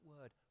word